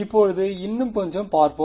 இப்போது இன்னும் கொஞ்சம் பார்ப்போம்